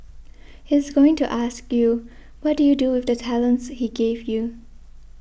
he's going to ask you what did you do with the talents he gave you